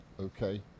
Okay